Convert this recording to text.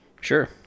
Sure